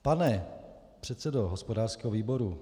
Pane předsedo hospodářského výboru